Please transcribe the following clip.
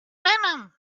venom